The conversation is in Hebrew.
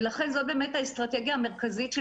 ולכן זו באמת האסטרטגיה המרכזית של